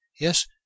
Yes